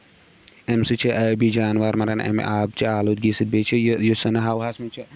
اَمہِ سۭتۍ چھُ ٲبی جاناوار وَنان اَمہِ آبہٕ چہِ آلودگی سۭتۍ بیٚیہِ چھُ یہِ یُس زَن ہواہَس منٛز چھُ